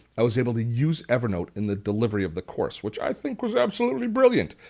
i was able to use evernote in the delivery of the course which i think was absolutely brilliant.